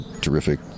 terrific